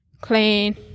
clean